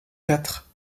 quatre